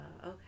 okay